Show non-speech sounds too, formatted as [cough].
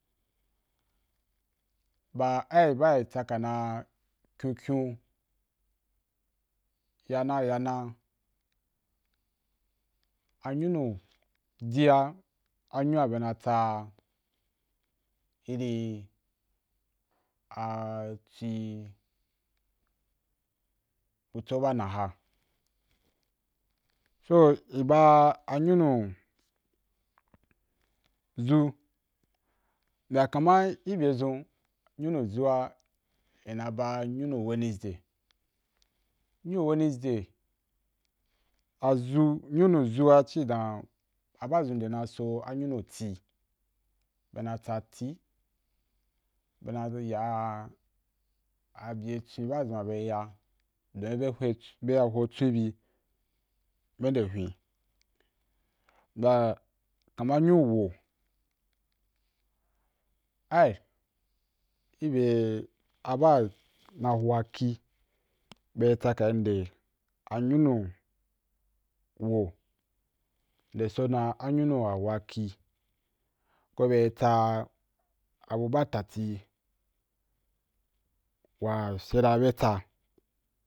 Ba ai ba na tsaka kyun kyu ya na, ya na a nyunu dia, a nyu’a be na tsa iri [hesitation] twi butso ba na ha so i ba a nyunu zu, bya ka ma i bya zun nyunu zuaì na ba [unintelligible] nyunu zu a ci dan a ba zinde na so a nyunu ti, be na tsa ti be na ya a bya twen ba zun a bye ya don be ho twen be ya ho twen be, bye nde hwen, bya kama nyu, wo ai i be a ba na waki be tsaka i nde a nyunu wo nde so dan a nyunu’a waki ko be tsa abu ba tati wa fyia dan be tsa